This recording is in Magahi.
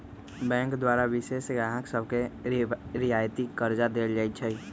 बैंक द्वारा विशेष गाहक सभके रियायती करजा देल जाइ छइ